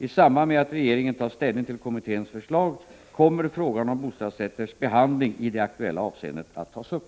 I samband med att regeringen tar ställning till kommitténs förslag kommer frågan om bostadsrätters behandling i det aktuella avseendet att tas upp.